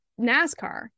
NASCAR